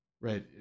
right